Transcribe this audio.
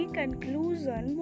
conclusion